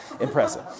impressive